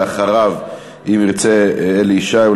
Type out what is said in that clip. אחריו, אם ירצה, אלי ישי.